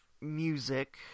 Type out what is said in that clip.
music